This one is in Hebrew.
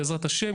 בעזרת השם,